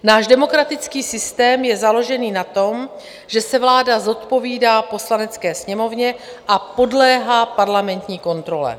Náš demokratický systém je založený na tom, že se vláda zodpovídá Poslanecké sněmovně a podléhá parlamentní kontrole.